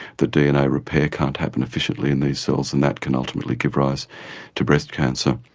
the dna repair can't happen efficiently in these cells and that can ultimately give rise to breast cancer.